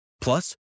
Plus